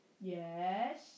Yes